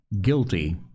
guilty